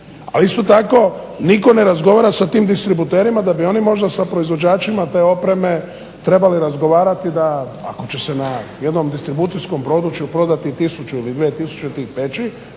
isto tako nitko ne razgovara s tim distributerima da bi oni možda sa proizvođačima te opreme trebali razgovrati da ako će se na jednom distribucijskom području prodati tisuću ili dvije tisuće tih peći